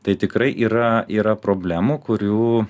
tai tikrai yra yra problemų kurių